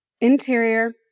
Interior